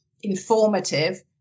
informative